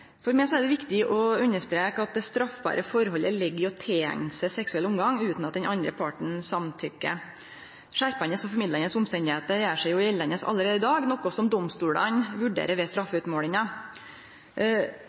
For meg er det viktig å understreke at det straffbare forholdet ligg i å tileigne seg seksuell omgang utan at den andre parten samtykkjer. Skjerpande eller formildande omstende gjer seg gjeldande allereie i dag, noko som domstolane vurderer ved